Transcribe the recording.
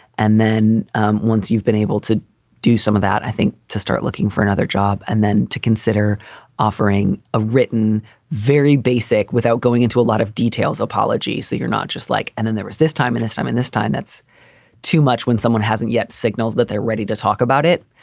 and then once you've been able to do some of that, i think to start looking for another job and then to consider offering a written very basic without going into a lot of details. apology. so you're not just like. and then there was this time in this time and this time that's too much when someone hasn't yet signaled that they're ready to talk about it.